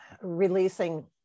releasing